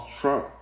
Trump